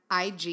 IG